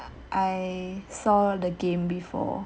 I saw the game before